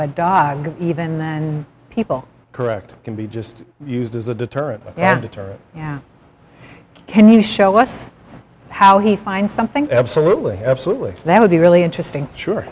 a dog even than people correct can be just used as a deterrent and deterrent yeah can you show us how he finds something absolutely absolutely that would be really interesting sure